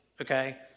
okay